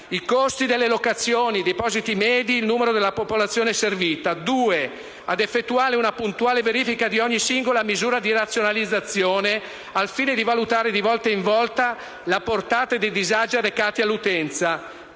i costi delle locazioni, i depositi medi, il numero della popolazione servita; 2) effettuare una puntuale verifica di ogni singola misura di razionalizzazione al fine di valutare di volta in volta la portata dei disagi arrecati all'utenza;